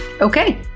Okay